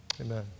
amen